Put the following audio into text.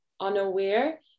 unaware